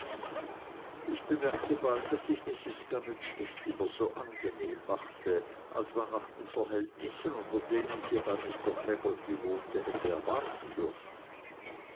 ich bemerkte bald daß sich mrs gummidge nicht immer so angenehm machte als man nach den verhältnissen unter denen sie bei mr peggotty wohnte hätte erwarten dürfen